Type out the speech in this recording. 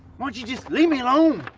why don't you just leave me alone.